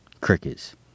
Crickets